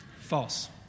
false